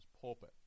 pulpit